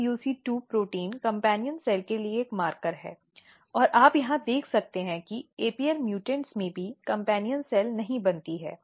SUC2 protein companion कोशिका के लिए एक मार्कर है और आप यहां देख सकते हैं कि apl म्यूटेंट में भी कम्पेन्यन कोशिका नहीं बनती हैं